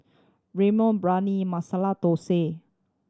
Ramyeon Biryani Masala Dosa